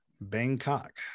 Bangkok